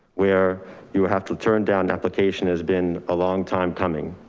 where you would have to turn down. an application has been a long time coming